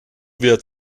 wird